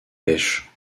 pêches